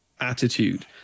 attitude